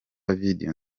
video